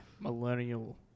millennial